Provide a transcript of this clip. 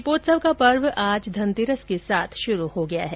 दीपोत्सव का पर्व आज धन तेरस के साथ शुरू हो गया है